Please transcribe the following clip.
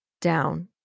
down